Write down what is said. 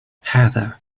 heather